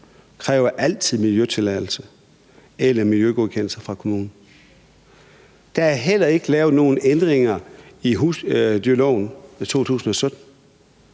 kræver miljøtilladelser eller miljøgodkendelser fra kommunen. Der er heller ikke lavet nogen ændringer i husdyrloven i 2017,